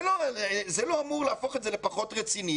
זה לא אמור להפוך את זה לפחות רציני,